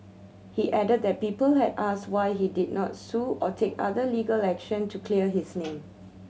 he added that people had asked why he did not sue or take other legal action to clear his name